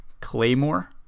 claymore